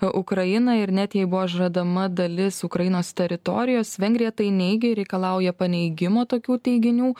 ukrainą ir net jai buvo žadama dalis ukrainos teritorijos vengrija tai neigia ir reikalauja paneigimo tokių teiginių